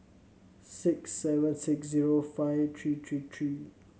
six seven six zero five three three three